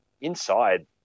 inside